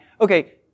okay